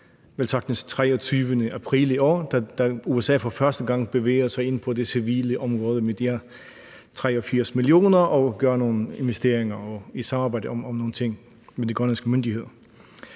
velsagtens den 23. april i år, da USA for første gang bevæger sig ind på det civile område med de her 83 mio. kr. og foretager nogle investeringer og indgår i samarbejde om nogle ting med de grønlandske myndigheder.